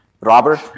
Robert